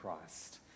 Christ